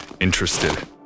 interested